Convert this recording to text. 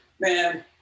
man